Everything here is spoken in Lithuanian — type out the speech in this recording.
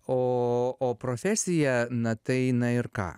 o o profesija na tai jinai ir ką